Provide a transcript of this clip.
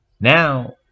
Now